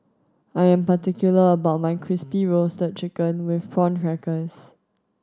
I am particular about my Crispy Roasted Chicken with Prawn Crackers